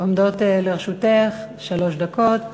עומדות לרשותך שלוש דקות.